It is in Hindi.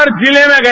हर जिले में गया